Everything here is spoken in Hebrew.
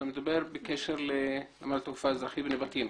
אתה מדבר בקשר לנמל תעופה אזרחי בנבטים.